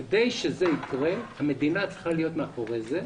כדי שזה יקרה, המדינה צריכה להיות מאחורי זה.